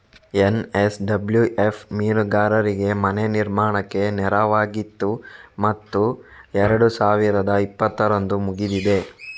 NSWF ಮೀನುಗಾರರಿಗೆ ಮನೆ ನಿರ್ಮಾಣಕ್ಕೆ ನೆರವಾಗಿತ್ತು ಮತ್ತು ಎರಡು ಸಾವಿರದ ಇಪ್ಪತ್ತರಂದು ಮುಗಿದಿದೆ